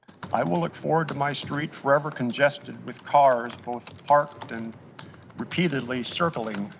i will look forward to my street forever congested with cars both parked and repeatedly circling,